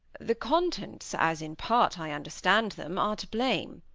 the contents, as in part i understand them, are to blame.